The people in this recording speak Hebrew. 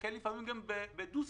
תיתקל לפעמים גם במספר דו-ספרתי.